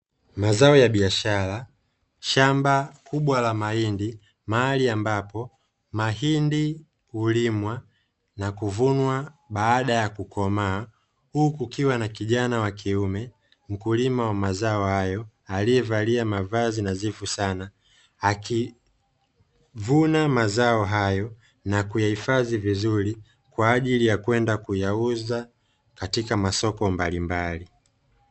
Mazao ya biashara, shamba kubwa la mahindi mahali ambapo mahindi hulimwa na kuvunwa baada ya kukomaa huku kukiwa na kijana wa kiume mkulima wa mazao hayo aliyevalia mavazi nadhifu sana, akivuna mazao hayo na kuyahifadhi vizuri kwa ajili ya kwenda kuyauza katika masoko mbalimbali.